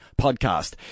podcast